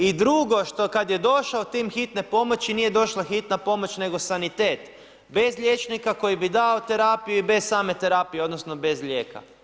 I drugo kada je došao tim hitne pomoći nije došla hitna pomoć nego sanitet bez liječnika koji bi dao terapiju i bez same terapije odnosno bez lijeka.